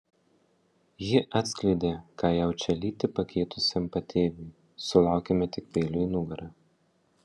ji atskleidė ką jaučia lytį pakeitusiam patėviui sulaukėme tik peilio į nugarą